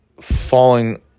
falling